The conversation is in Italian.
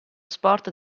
sport